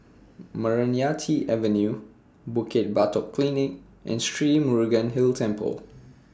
Meranti Avenue Bukit Batok Polyclinic and Sri Murugan Hill Temple